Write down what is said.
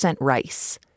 rice